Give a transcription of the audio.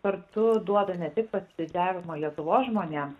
kartu duoda ne tik pasididžiavimo lietuvos žmonėm